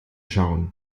schauen